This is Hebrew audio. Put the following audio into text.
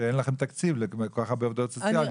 שאין לכם תקציב לכל כך הרבה עובדות סוציאליות.